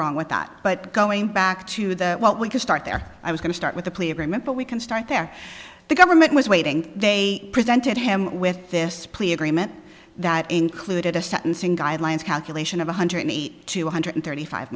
wrong with that but going back to the what we can start there i was going to start with the plea agreement but we can start there the government was waiting they presented him with this plea agreement that included a sentencing guidelines calculation of one hundred eight to one hundred thirty five